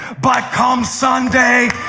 but come sunday,